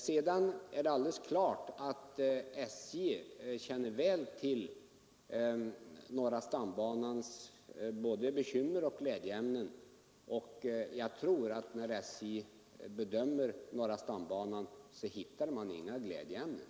Det är alldeles klart att SJ känner väl till norra stambanans både bekymmer och glädjeämnen. Jag+tror inte att SJ, när SJ bedömer norra stambanan, hittar några glädjeämnen.